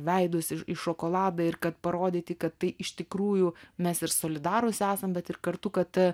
veidus į į šokoladą ir kad parodyti kad tai iš tikrųjų mes ir solidarūs esam bet ir kartu kad